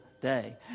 day